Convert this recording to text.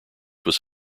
was